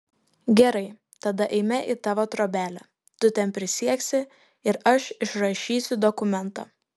gerai tada eime į tavo trobelę tu ten prisieksi ir aš išrašysiu dokumentą